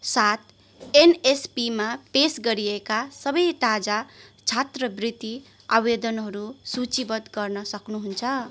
साथ एनएसपिमा पेस गरिएका सबै ताजा छात्रवृत्ति आवेदनहरू सूचीबद्ध गर्न सक्नु हुन्छ